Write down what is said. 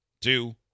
two